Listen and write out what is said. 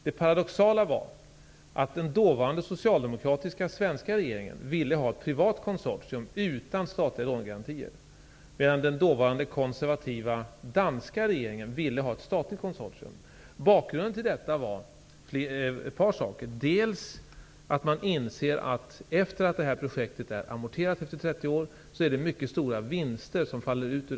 Det paradoxala är att den dåvarande socialdemokratiska svenska regeringen ville ha ett privat konsortium utan statliga lånegarantier, medan den dåvarande konservativa danska regeringen ville ha ett statligt konsortium. Bakgrunden till detta var ett par faktorer. Man insåg att när projektet är amorterat efter 30 år kommer det att falla ut mycket stora vinster ur detta.